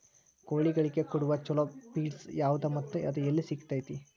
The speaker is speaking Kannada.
ಕೋಳಿಗಳಿಗೆ ಕೊಡುವ ಛಲೋ ಪಿಡ್ಸ್ ಯಾವದ ಮತ್ತ ಅದ ಎಲ್ಲಿ ಸಿಗತೇತಿ?